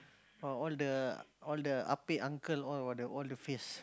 all all the all the Ah Pek uncle all the all the face